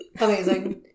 Amazing